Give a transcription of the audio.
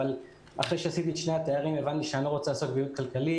אבל אחרי שעשיתי את שני התארים הבנתי שאני לא רוצה לעסוק בייעוד כלכלי,